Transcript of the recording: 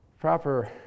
proper